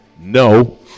no